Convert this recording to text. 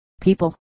People